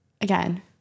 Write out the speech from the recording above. again